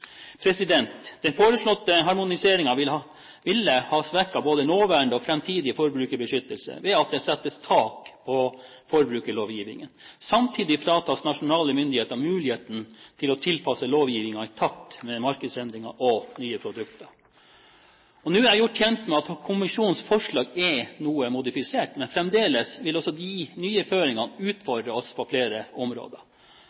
Den foreslåtte harmoniseringen ville ha svekket både nåværende og framtidig forbrukerbeskyttelse, ved at det settes tak på forbrukerlovgivningen. Samtidig fratas nasjonale myndigheter muligheten til å tilpasse lovgivningen i takt med markedsendringer og nye produkter. Nå er jeg gjort kjent med at kommisjonens forslag er noe modifisert, men fremdeles vil også de nye føringene